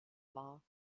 war